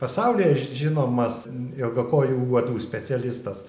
pasaulyje žinomas ilgakojų uodų specialistas